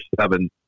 seven